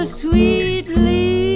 sweetly